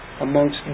amongst